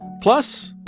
plus,